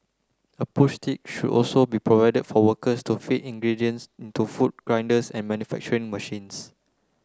a push tick should also be provided for workers to feed ingredients into food grinders and manufacturing machines